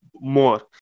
more